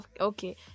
okay